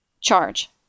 Charge